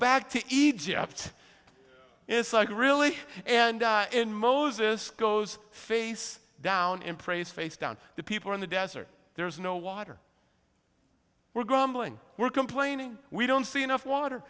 back to egypt is like really and in moses goes face down in praise face down the people in the desert there is no water we're grumbling we're complaining we don't see enough water